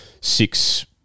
six